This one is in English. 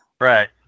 Right